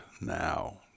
now